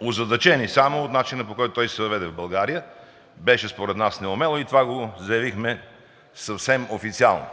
озадачени само от начина, по който той се въведе в България. Беше според нас неумело и това го заявихме съвсем официално.